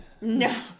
no